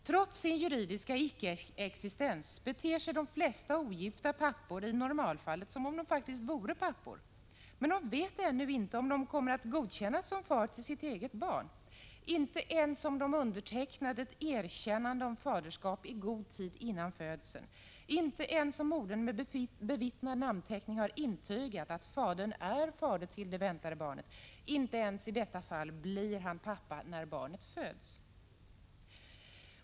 Trots sin juridiska icke-existens beter sig de flesta ogifta pappor i normalfallet som om de faktiskt vore pappor. Men de vet ännu inte om de kommer att godkännas som far till sitt eget barn. Inte ens om de undertecknat ett erkännande om faderskap i god tid före födseln, inte ens om modern med bevittnad namnteckning intygat att fadern är fader till det väntade barnet, blir han pappa när barnet föds.